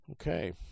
Okay